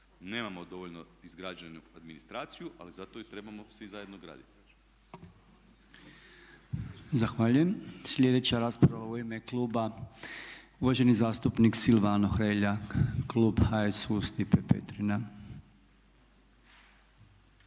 nemamo dovoljno izgrađenu administraciju ali zato ju trebamo svi zajedno graditi. **Podolnjak, Robert (MOST)** Zahvaljujem. Sljedeća rasprava u ime kluba uvaženi zastupnik Silvano Hrelja, klub HSU, Stipe Petrina.